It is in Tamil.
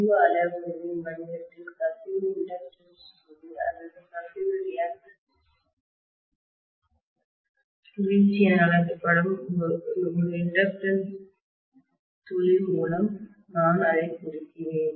கசிவு அளவுருவின் வடிவத்தில் கசிவு இண்டக்டன்ஸ் துளி அல்லது கசிவு ரியாக்டன்ஸ்எதிர்வினை வீழ்ச்சி என அழைக்கப்படும் ஒரு இண்டக்டன்ஸ் துளி மூலம் நான் அதைக் குறிக்கிறேன்